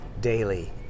Daily